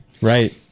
Right